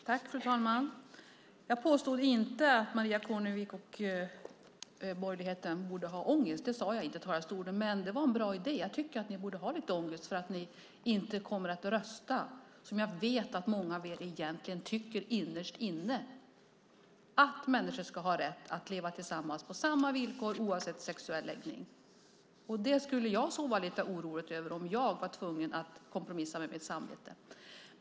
Fru talman! Jag påstod inte att Maria Kornevik Jakobsson och borgerligheten borde ha ångest. Det sade jag inte i talarstolen. Men det var en bra idé! Jag tycker att ni borde ha lite ångest för att ni inte kommer att rösta som jag vet att många av er egentligen tycker innerst inne, att människor ska ha rätt att leva tillsammans på samma villkor oavsett sexuell läggning. Jag skulle sova lite oroligt om jag var tvungen att kompromissa med mitt samvete.